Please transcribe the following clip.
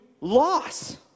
loss